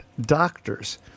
doctors